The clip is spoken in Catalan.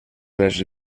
les